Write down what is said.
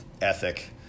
ethic